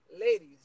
Ladies